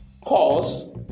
cause